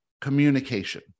communication